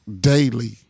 daily